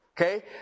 Okay